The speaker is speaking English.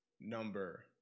Number